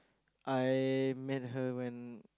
I met her when